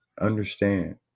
Understand